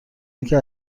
اینکه